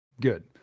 good